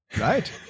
Right